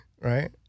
Right